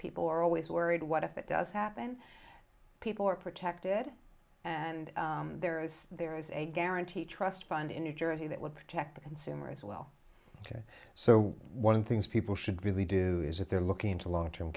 people are always worried what if it does happen people are protected and there is there is a guaranteed trust fund in new jersey that would protect the consumer as well today so one things people should really do is if they're looking to long term